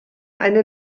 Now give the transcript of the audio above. eine